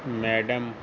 madam